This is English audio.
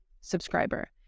subscriber